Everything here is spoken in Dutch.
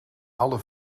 alle